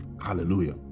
hallelujah